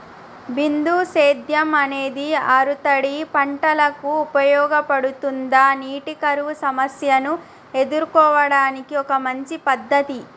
బిందు సేద్యం అనేది ఆరుతడి పంటలకు ఉపయోగపడుతుందా నీటి కరువు సమస్యను ఎదుర్కోవడానికి ఒక మంచి పద్ధతి?